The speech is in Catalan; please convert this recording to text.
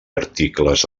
articles